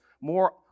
more